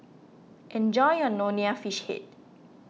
Enjoy your Nonya Fish Head